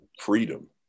freedom